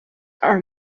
are